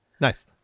Nice